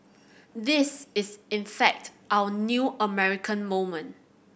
this is in fact our new American moment